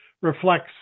reflects